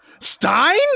Stein